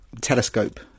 telescope